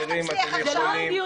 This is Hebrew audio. איך תצליחו עכשיו?